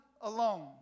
alone